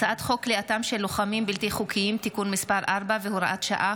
הצעת חוק כליאתם של לוחמים בלתי חוקיים (תיקון מס' 4 והוראת שעה,